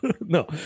no